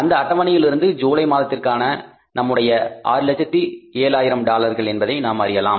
அந்த அட்டவணையில் இருந்து ஜூலை மாதத்திற்கான நம்முடைய 607000 டாலர்கள் என்பதை நாம் அறியலாம்